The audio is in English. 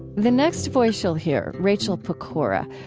the next voice you will hear, rachel pokora,